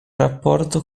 rapporto